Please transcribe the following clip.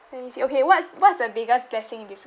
let me see okay what's what's the biggest blessing in